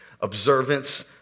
observance